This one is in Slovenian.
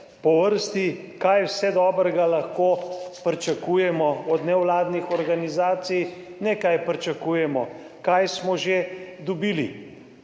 po vrsti kaj vse dobrega lahko pričakujemo od nevladnih organizacij, ne, kaj pričakujemo, kaj smo že dobili.